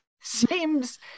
seems